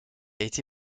été